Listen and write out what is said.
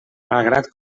malgrat